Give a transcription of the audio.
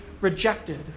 rejected